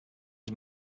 was